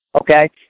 okay